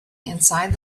inside